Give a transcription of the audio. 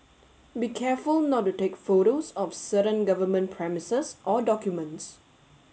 be careful not to take photos of certain government premises or documents